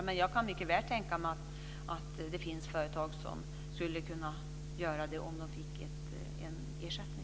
Men jag kan mycket väl tänka mig att det finns företag som skulle kunna göra det om de fick en ersättning.